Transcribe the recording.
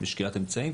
לשקילת אמצעים,